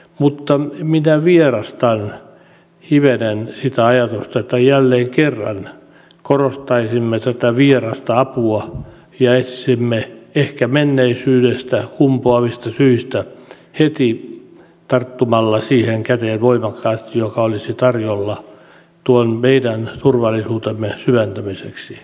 mutta minä vierastan hivenen sitä ajatusta että jälleen kerran korostaisimme tätä vierasta apua ja etsisimme sitä ehkä menneisyydestä kumpuavista syistä tarttumalla heti siihen käteen voimakkaasti joka olisi tarjolla tuon meidän turvallisuutemme syventämiseksi